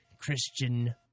Christian